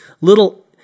little